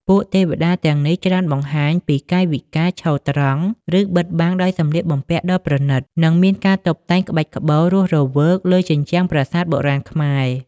ពួកទេវតាទាំងនេះច្រើនបង្ហាញពីកាយវិការឈរត្រង់ ឬបិទបាំងដោយសម្លៀកបំពាក់ដ៏ប្រណីត និងមានការតុបតែងក្បាច់ក្បូររស់រវើកនៅលើជញ្ជាំងប្រាសាទបុរាណខ្មែរ។